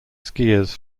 skiers